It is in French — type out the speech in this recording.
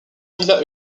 villa